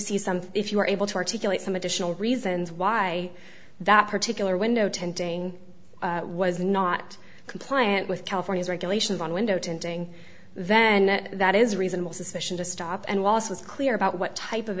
see something if you are able to articulate some additional reasons why that particular window tinting was not compliant with california's regulations on window tinting then that is reasonable suspicion to stop and wallace was clear about what type of